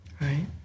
Right